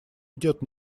идет